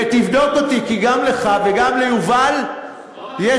ותבדוק אותי, כי גם לך וגם ליובל יש